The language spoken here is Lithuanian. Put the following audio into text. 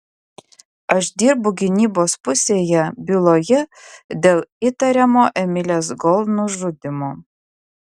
aš dirbu gynybos pusėje byloje dėl įtariamo emilės gold nužudymo